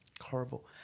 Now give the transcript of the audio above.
horrible